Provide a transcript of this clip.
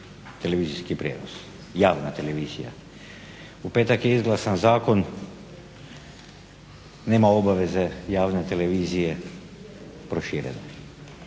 televizijski prijenos, javna televizija. U petak je izglasan zakon, nema obaveze javne televizije proširena.